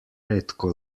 redko